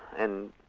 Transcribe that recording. and